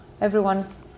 everyone's